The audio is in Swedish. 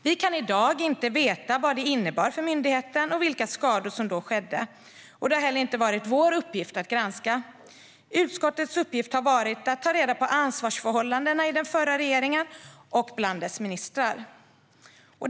Vi kan i dag inte veta vad detta innebar för myndigheten och vilka skador som då skedde, och det har heller inte varit vår uppgift att granska detta. Utskottets uppgift har varit att ta reda på ansvarsförhållandena i den förra regeringen och bland dess ministrar.